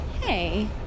Hey